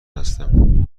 هستم